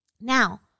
Now